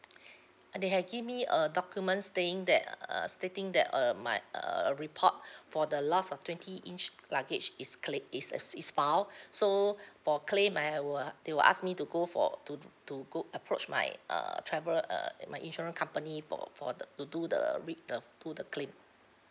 uh they have gave me a document saying that uh uh uh stating that err my err report for the loss of twenty inch luggage is clai~ is is is filed so for claim I will they were ask me to go for to to go approach my err travel err uh my insurance company for for the to do the re~ the do the claim